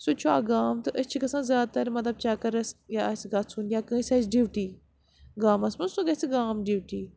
سُہ تہِ چھُ اکھ گام تہٕ أسۍ چھِ گژھان زیادٕ تر مطلب چَکرَس یا آسہِ گژھُن یا کٲنٛسہِ آسہِ ڈیوٹی گامَس منٛز سُہ گَژھِ گام ڈیوٹی